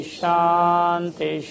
shanti